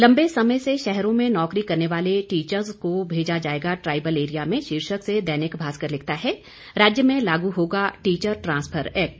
लंबे समय से शहरों में नौकरी करने वाले टीचर्स को भेजा जाएगा ट्राइबल एरिया में शीर्षक से दैनिक भास्कर लिखता है राज्य में लागू होगा टीचर ट्रांसफर एक्ट